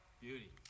Beauty